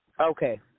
Okay